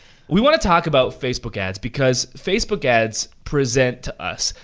we want to talk about facebook ads, because facebook ads present to us,